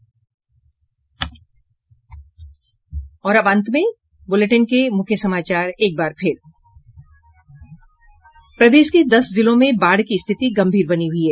और अब अंत में मूख्य समाचार एक बार फिर प्रदेश के दस जिलों में बाढ़ की स्थिति गम्भीर बनी हुई है